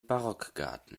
barockgarten